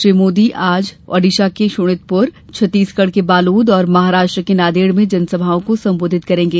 श्री मोदी आज ही ओडिसा के शोणितपुर छत्तीसगढ़ के बालोद और महाराष्ट्र के नांदेड़ में जनसभा को सम्बोधित करेंगे